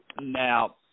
Now